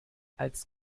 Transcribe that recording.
als